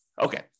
Okay